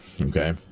okay